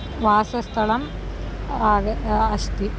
वासस्थलम् आगच्छति अस्ति